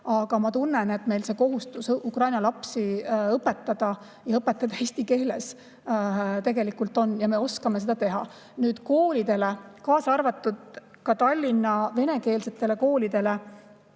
aga ma tunnen, et meil on kohustus Ukraina lapsi õpetada ja teha seda eesti keeles, tegelikult me oskame seda teha. Nüüd, koolidele, kaasa arvatud Tallinna venekeelsetele koolidele